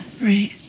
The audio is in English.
Right